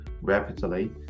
rapidly